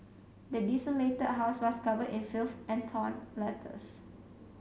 the desolated house was covered in filth and torn letters